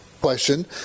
question